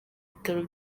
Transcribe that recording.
bitaro